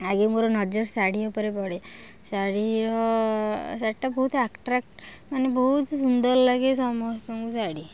ଆଗେ ମୋର ନଜର ଶାଢ଼ୀ ଉପରେ ପଡ଼େ ଶାଢ଼ୀର ଶାଢ଼ୀଟା ବହୁତ ଆଟ୍ରାକ୍ଟ୍ ମାନେ ବହୁତ ସୁନ୍ଦର ଲାଗେ ସମସ୍ତଙ୍କୁ ଶାଢ଼ୀ